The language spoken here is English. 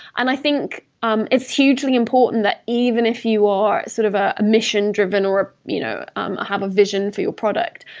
and i think um it's hugely important that even if you are sort of ah a mission-driven or you know um have a vision for your product,